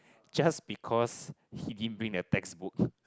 just because he didn't bring the textbook